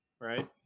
right